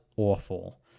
Awful